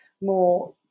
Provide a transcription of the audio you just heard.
more